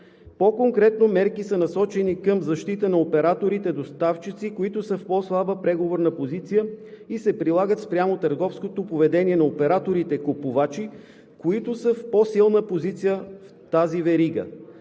По-конкретно мерки са насочени към защита на операторите доставчици, които са в по-слаба преговорна позиция и се прилагат спрямо търговското поведение на операторите купувачи, които са в по-силна позиция в тази верига.